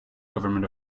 government